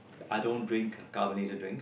I don't drink carbonated drinks